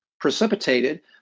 precipitated